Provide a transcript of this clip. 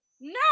no